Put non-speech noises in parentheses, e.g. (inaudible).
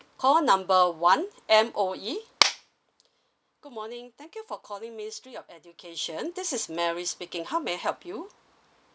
call number one M_O_E (noise) good morning thank you for calling ministry of education this is mary speaking how may I help you